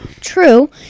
True